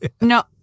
No